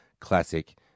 classic